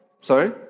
Sorry